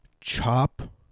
chop